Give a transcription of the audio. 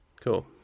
Cool